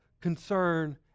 concern